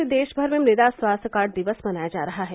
आज देशभर में मृदा स्वास्थ्य कार्ड दिवस मनाया जा रहा है